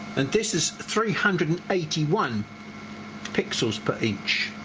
and this is three hundred and eighty one pixels per inch.